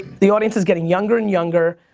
the audience is getting younger and younger.